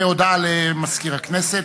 הודעה למזכיר הכנסת,